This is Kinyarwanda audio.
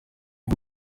iva